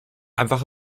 einfach